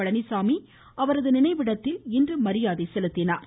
பழனிச்சாமி அவரது நினைவிடத்தில் இன்று மரியாதை செலுத்தினார்